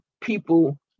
people